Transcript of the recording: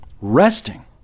Resting